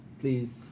Please